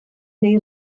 neu